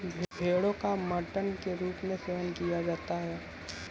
भेड़ो का मटन के रूप में सेवन किया जाता है